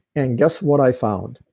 and guess what i found?